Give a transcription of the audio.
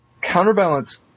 Counterbalance